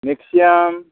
maximum